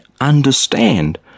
understand